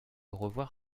recevoir